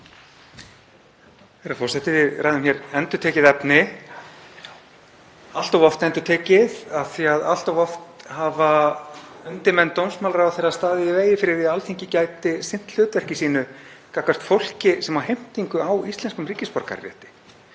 Herra forseti. Við ræðum hér endurtekið efni, allt of oft endurtekið af því að allt of oft hafa undirmenn dómsmálaráðherra staðið í vegi fyrir því að Alþingi geti sinnt hlutverki sínu gagnvart fólki sem á heimtingu á íslenskum ríkisborgararétti.